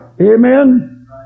amen